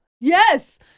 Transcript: Yes